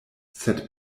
sed